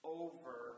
over